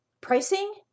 Pricing